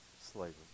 slavery